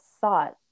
thought